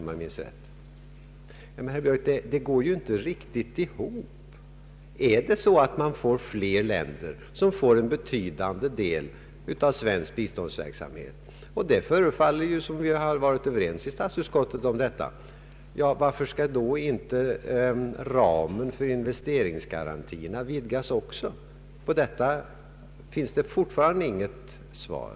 Detta går inte riktigt ihop. Om fiera länder får en betydande del av svensk biståndsverksamhet — och det förefaller som om vi har varit överens om detta i statsutskottet — varför skall inte ramen för investeringsgarantierna också vidgas? På detta finns det fortfarande inget svar.